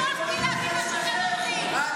תמשיכו לנבוח בלי להבין מה שאתם אומרים.